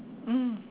mm